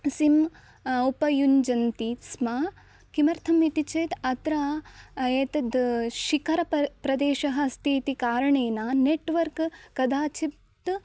SIM उपयुञ्जन्ति स्म किमर्थम् इति चेत् अत्र एतद् शिखरः प्र प्रदेशः अस्ति इति कारणेन नेट्वर्क् कदाचित्